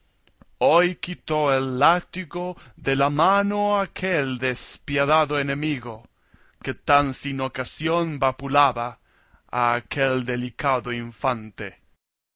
hoy quitó el látigo de la mano a aquel despiadado enemigo que tan sin ocasión vapulaba a aquel delicado infante